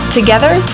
Together